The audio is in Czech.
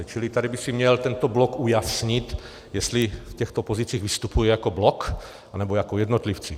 Čili tady by si měl tento blok ujasnit, jestli v těchto pozicích vystupuje jako blok, nebo jako jednotlivci.